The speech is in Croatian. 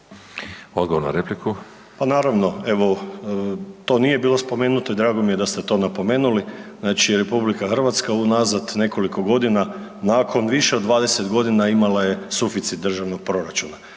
Siniša (HDZ)** Pa naravno evo to nije bilo spomenuto i drago mi je da ste to napomenuli. Znači RH unazad nekoliko godina nakon više od 20 godina imala je suficit državnog proračuna.